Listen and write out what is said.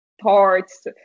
parts